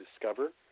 discover